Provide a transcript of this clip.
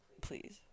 Please